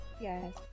Yes